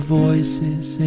voices